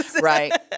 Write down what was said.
right